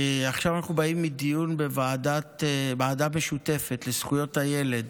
עכשיו אנחנו באים מדיון בוועדה משותפת לזכויות הילד,